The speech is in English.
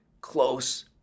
close